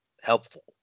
helpful